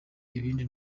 ibindi